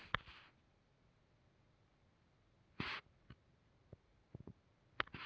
ಮೇವಿಗಾಗಿನೇ ಕೆಲವಂದಿಷ್ಟು ಜಾತಿಹುಲ್ಲ ಅದಾವ ಅವ್ನಾ ಹಾಕಿದ್ರ ಚಲೋ